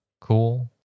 cool